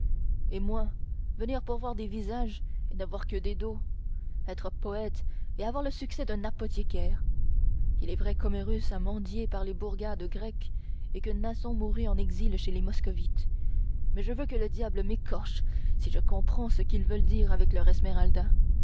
et moi venir pour voir des visages et ne voir que des dos être poète et avoir le succès d'un apothicaire il est vrai qu'homerus a mendié par les bourgades grecques et que nason mourut en exil chez les moscovites mais je veux que le diable m'écorche si je comprends ce qu'ils veulent dire avec leur esmeralda